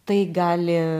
tai gali